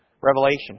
Revelation